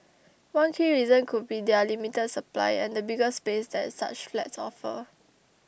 one key reason could be their limited supply and the bigger space that such flats offer